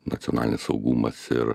nacionalinis saugumas ir